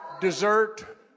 dessert